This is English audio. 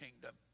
kingdom